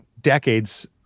decades